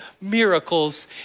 miracles